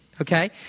okay